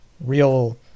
Real